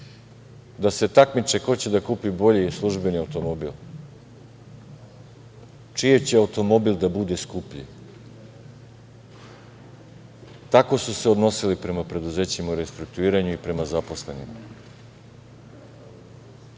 Da se takmiče ko će da kupi bolji službeni automobil, čiji će automobil da bude skuplji. Tako su se odnosili prema preduzećima u restrukturiranju i prema zaposlenima. Uvek